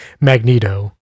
Magneto